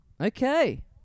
Okay